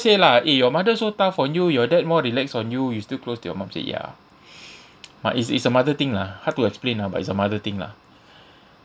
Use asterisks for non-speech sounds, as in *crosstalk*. say lah eh your mother so tough on you your dad more relax on you you still close to your mum so ya *breath* but is is a mother thing lah hard to explain lah but it's a mother thing lah